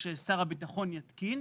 ששר הביטחון יתקין,